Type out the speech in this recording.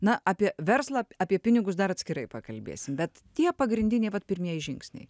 na apie verslą apie pinigus dar atskirai pakalbėsim bet tie pagrindiniai vat pirmieji žingsniai